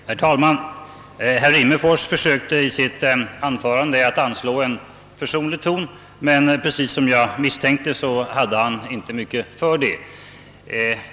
Herr talman! Herr Rimmerfors försökte i sitt anförande anslå en försonlig ton, men precis som jag misstänkte hade han inte mycket för det.